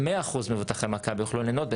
100% ממבוטחי מכבי יוכלו ליהנות,